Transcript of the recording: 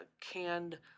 canned